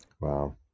Wow